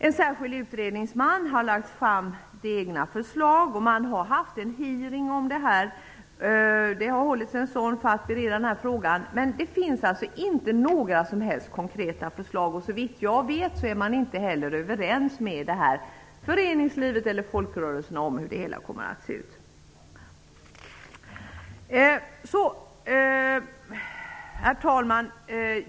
En särskild utredningsman har lagt fram förslag. Man har haft en hearing i ärendet för att bereda frågan. Men det finns inte några som helst konkreta förslag. Såvitt jag vet är man inte heller överens med föreningslivet eller folkrörelserna om hur det hela skall se ut. Herr talman!